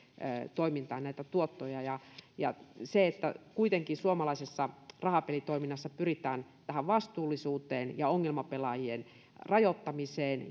toimintaan näitä tuottoja ja ja kun kuitenkin suomalaisessa rahapelitoiminnassa pyritään tähän vastuullisuuteen ja ongelmapelaajien rajoittamiseen